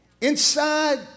Inside